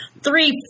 Three